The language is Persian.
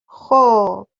خوب